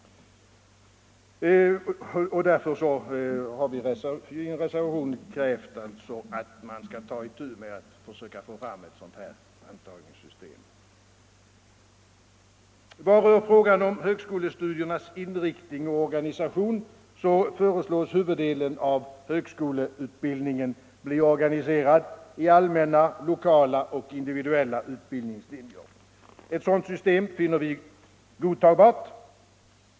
Därför har vi i en reservation krävt att man skall ta itu med att försöka få fram ett nytt antagningssystem. Beträffande frågan om högskolornas inriktning och organisation föreslås att huvuddelen av högskoleutbildningen blir organiserad i allmänna, lokala och individuella utbildningslinjer. Ett sådant system finner vi godtagbart.